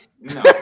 No